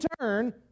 turn